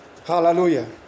Hallelujah